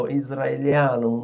israeliano